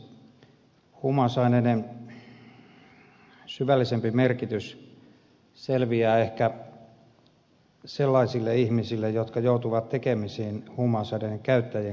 huumausaineiden syvällisempi merkitys selviää ehkä sellaisille ihmisille jotka joutuvat tekemisiin huumausaineiden käyttäjien kanssa